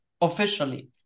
officially